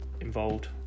involved